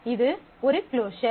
இது ஒரு க்ளோஸர்